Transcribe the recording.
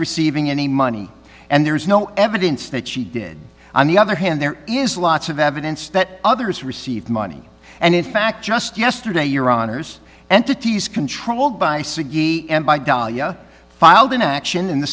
receiving any money and there is no evidence that she did on the other hand there is lots of evidence that others received money and in fact just yesterday your honour's entities controlled by siggy and by dalia filed an action in the